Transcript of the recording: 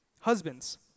Husbands